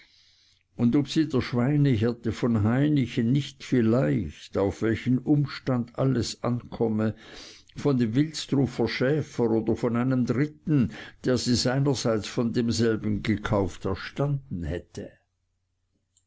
und ob sie der schweinehirte von hainichen nicht vielleicht auf welchen umstand alles ankomme von dem wilsdrufer schäfer oder von einem dritten der sie seinerseits von demselben gekauft erstanden hätte